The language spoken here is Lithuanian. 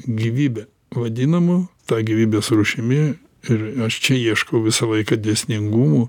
gyvybe vadinama ta gyvybės rūšimi ir aš čia ieškau visą laiką dėsningumų